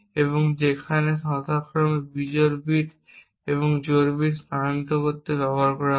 এবং যেখানে তারা যথাক্রমে বিজোড় বিট এবং জোড় বিট স্থানান্তর করতে ব্যবহৃত হয়